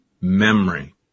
memory